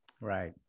Right